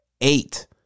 Eight